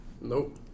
Nope